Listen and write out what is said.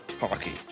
hockey